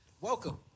Welcome